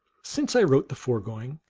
since i wrote the foregoing,